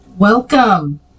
Welcome